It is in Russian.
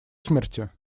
смерти